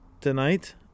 Tonight